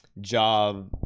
job